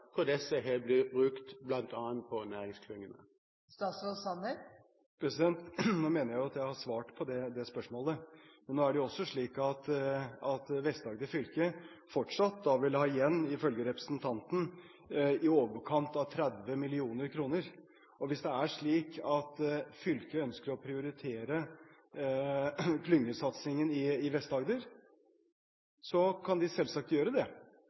hvor disse har blitt brukt bl.a. på næringsklyngene? Nå mener jeg at jeg har svart på det spørsmålet. Det er jo også slik at Vest-Agder fylke fortsatt vil ha igjen – ifølge representanten – i overkant av 30 mill. kr. Hvis det er slik at fylket ønsker å prioritere klyngesatsingen i Vest-Agder, kan de selvsagt gjøre det.